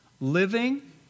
Living